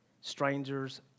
Strangers